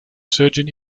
surgeon